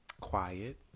quiet